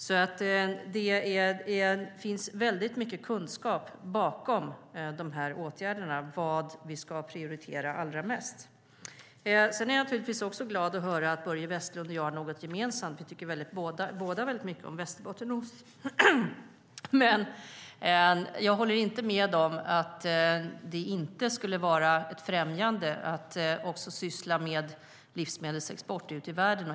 Det finns mycket kunskap bakom vilka åtgärder som ska prioriteras mest. Jag är naturligtvis också glad att höra att Börje Vestlund och jag har något gemensamt, nämligen att vi båda tycker om västerbottenost. Men jag håller inte med om att det inte skulle vara främjande att också syssla med livsmedelsexport ut till världen.